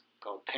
called